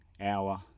hour